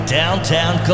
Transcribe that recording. downtown